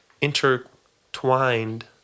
intertwined